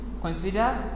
consider